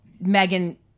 Megan